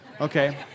Okay